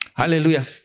Hallelujah